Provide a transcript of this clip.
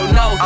no